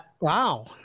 Wow